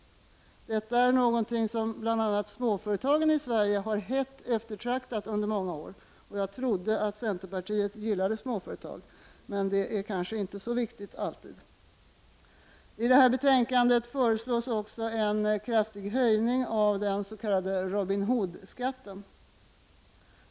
Detta har bl.a. småföretagen i Sverige hett eftertraktat under många år. Jag trodde centerpartiet gillade småföretag, men det är kanske inte alltid så viktigt. I betänkandet föreslås också en kraftig höjning av den s.k. Robin Hoodskatten.